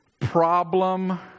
problem